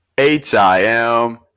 H-I-M